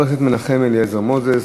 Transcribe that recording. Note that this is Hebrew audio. חבר הכנסת מנחם אליעזר מוזס,